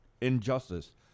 injustice